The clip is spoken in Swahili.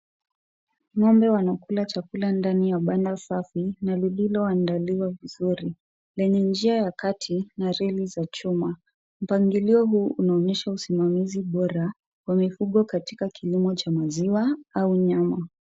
Ng'ombe wanakula chakula ndani ya banda safi, na lililoandaliwa vizuri. Lenye njia za kati na reli za chuma. Mpangilio huu unaonyesha usimamizi bora wa kilimo cha maziwa au nyama.